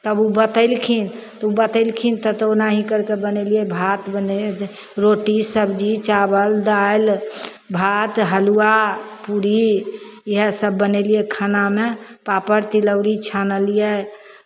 तब ओ बतेलखिन तऽ ओ बतेलखिन तऽ तऽ ओनाही करि कऽ बनेलियै भात बने जे रोटी सबजी चावल दालि भात हलुआ पूड़ी इएहसभ बनेलियै खानामे पापड़ तिलौरी छानलियै